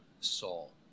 Saul